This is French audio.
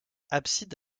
abside